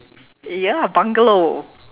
ya bungalow